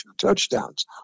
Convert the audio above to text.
touchdowns